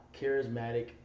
charismatic